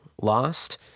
lost